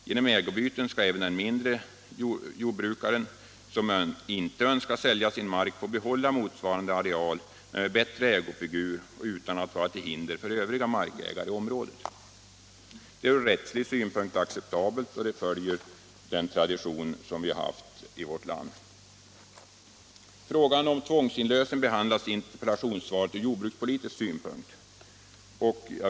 Genom ägoutbyten skall även den mindre jordbrukaren som inte vill sälja sin mark få behålla motsvarande areal men med bättre ägofigur och utan att vara till hinders för övriga markägare inom området. Det är från rättslig synpunkt acceptabelt och det följer svensk tradition. Frågan om tvångsinlösen behandlas i interpellationssvaret från jordbrukspolitisk synpunkt.